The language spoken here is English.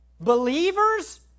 Believers